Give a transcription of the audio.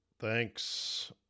thanks